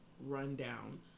rundown